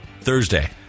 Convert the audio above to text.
Thursday